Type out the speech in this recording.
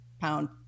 pound